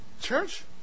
Church